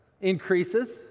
increases